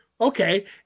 okay